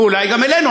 ואולי גם אלינו,